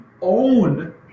own